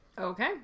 okay